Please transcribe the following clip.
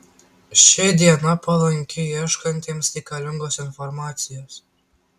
ši diena palanki ieškantiems reikalingos informacijos